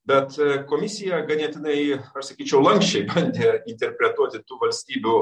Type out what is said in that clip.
bet komisija ganėtinai aš sakyčiau lanksčiai bandė interpretuoti tų valstybių